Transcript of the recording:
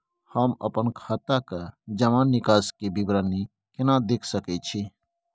हम अपन खाता के जमा निकास के विवरणी केना देख सकै छी?